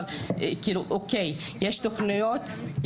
על תקציבים,